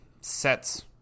sets